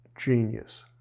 genius